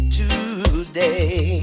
today